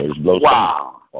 Wow